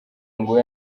ngo